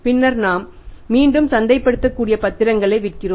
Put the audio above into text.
பின்னர் நாம் மீண்டும் சந்தைப்படுத்தக்கூடிய பத்திரங்களை விற்கிறோம்